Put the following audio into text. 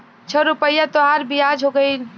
छह रुपइया तोहार बियाज हो गएल